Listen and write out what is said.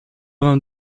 vingt